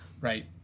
right